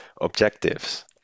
objectives